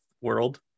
world